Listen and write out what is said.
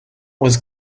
was